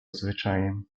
zwyczajem